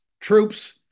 troops